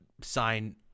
sign